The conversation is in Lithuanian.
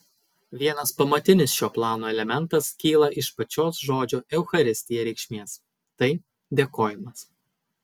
vienas pamatinis šio plano elementas kyla iš pačios žodžio eucharistija reikšmės tai dėkojimas